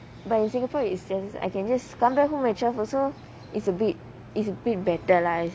but in singapore is just I can just come back home at twelve also is a bit is a bit better lives